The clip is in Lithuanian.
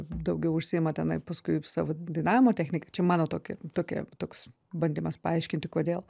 daugiau užsiima tenai paskui savo dainavimo technika čia mano tokia tokia toks bandymas paaiškinti kodėl